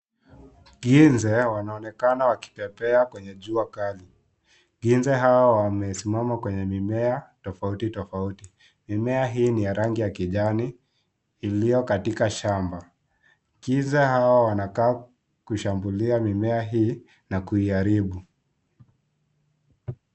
Nzige wanaonekana wakipepea kwenye jua kali. Nzige hao wamesimama kwenye mimea tofauti tofauti. Mimea hii ni ya rangi ya kijani iliyo katika shamba. Nzige hao wanakaa kushambulia mimea hii na kuiharibu.